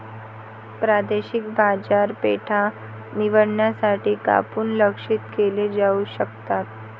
प्रादेशिक बाजारपेठा निवडण्यासाठी कूपन लक्ष्यित केले जाऊ शकतात